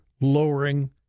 lowering